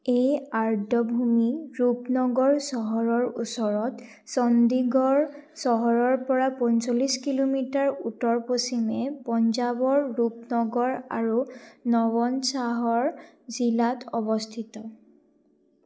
এই আৰ্দ্ৰভূমি ৰূপনগৰ চহৰৰ ওচৰত চণ্ডীগড় চহৰৰপৰা পঞ্চল্লিছ কিলোমিটাৰ উত্তৰ পশ্চিমে পঞ্জাৱৰ ৰূপনগৰ আৰু নৱনশ্বাহৰ জিলাত অৱস্থিত